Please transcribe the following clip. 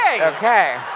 Okay